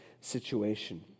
situation